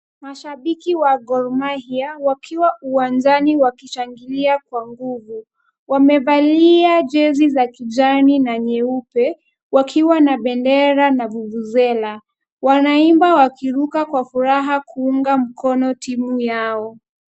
Mashabiki wa Gor mahia wakiwa uwanjani wakishangilia kwa nguvu wamevalia jezi za kijani na nyeupe wakiwa na bendera na vuvuzela wanaimba na kuruka kwa furaha kuunga mkono timu yao.